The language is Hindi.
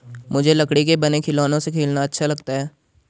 मुझे लकड़ी के बने खिलौनों से खेलना अच्छा लगता है